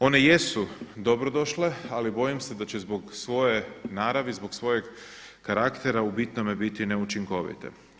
One jesu dobrodošle, ali bojim se da će zbog svoje naravi, zbog svojeg karaktera u bitnome biti neučinkovite.